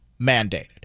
mandated